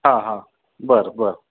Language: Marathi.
हां हां बरं बरं